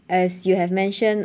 as you have mention